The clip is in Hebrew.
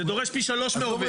זה דורש פי שלוש מעובד.